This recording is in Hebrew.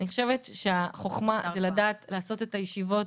אני חושת שהחכמה היא לדעת לעשות את הישיבות,